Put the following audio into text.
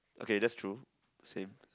okay that's true same